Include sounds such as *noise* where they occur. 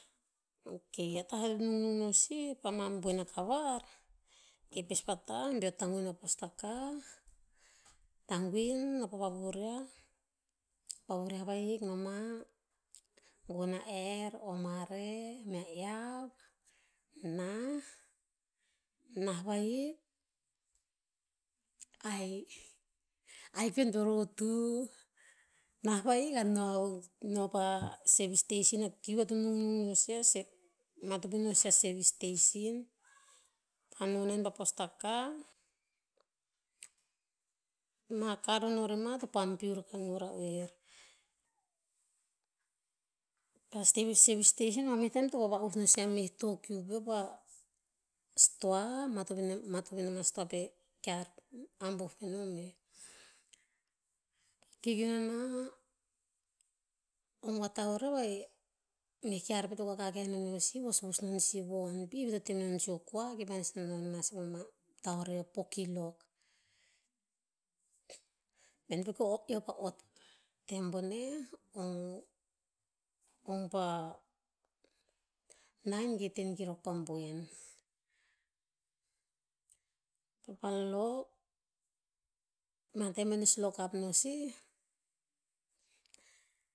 Ok, atah nungnung no sih pa ma boen a kavar, e pespa tam be eo tanguin no sih pa postakah, tanguin nopa vavuriah, vavuriah vahik noma gon a er, gon a mare mea iav, nah, nah vahik, ahik- ahik pet be eo lotu. Na vahik a nao, nao pa service station a kiu e eo to nungnung no sehseh, matopiano seh a service station. Taneo nen postakah, ma ka to nono rer ma, eo to pam piul akah nora oer. Pa teh service station ma meh tem eo to vava'us no sih a meh tokiu peo pa stoa, matopen- matoponem a stoa peh kear ambuh penom veh. Kikiu nomna, ova taurev eh, meh kear peo to vakakau naneo sih vosvos nonsi von pih to temenon sih o kua, kipa nes nonon sih pa ma taurev four kilok. *noise* en pa ot tem boneh ong- ong pa nine ge ten kilok pa boen. Keo pa lock, ma tem eo no sih lock up no sih